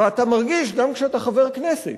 ואתה מרגיש, גם כשאתה חבר כנסת,